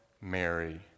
Mary